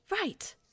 Right